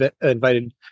invited